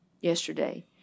yesterday